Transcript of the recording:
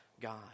God